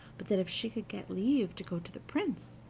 but that if she could get leave to go to the prince,